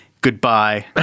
goodbye